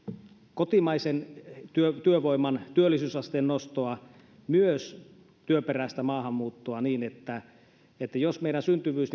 kotimaisen työvoiman työllisyysasteen nostoa myös työperäistä maahanmuuttoa jos meidän syntyvyys